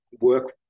work